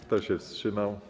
Kto się wstrzymał?